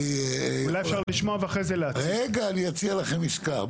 אני אציע לכם עסקה.